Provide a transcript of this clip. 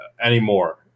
anymore